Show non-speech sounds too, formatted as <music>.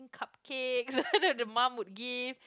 cupcakes <laughs> the mum would give